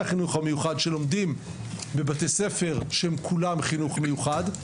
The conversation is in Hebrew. החינוך המיוחד שלומדים בבתי ספר של חינוך מיוחד,